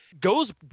goes